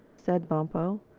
said bumpo,